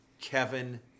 Kevin